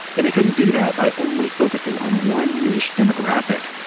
and they couldn't do that by only focusing on one niche demographic.